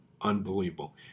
unbelievable